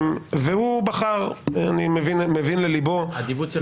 והוא בחר, אני מבין לליבו -- אדיבות של מנצחים.